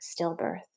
stillbirth